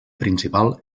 principal